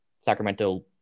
Sacramento